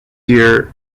year